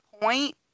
point